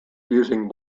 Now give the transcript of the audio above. using